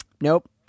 nope